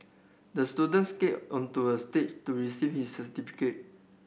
the student skated onto a stage to receive his certificate